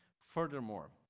Furthermore